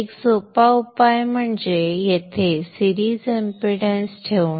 एक सोपा उपाय म्हणजे येथे सिरीज एमपी डन्स ठेवणे